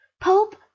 pope